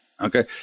okay